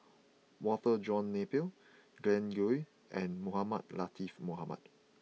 Walter John Napier Glen Goei and Mohamed Latiff Mohamed